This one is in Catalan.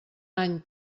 any